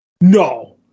No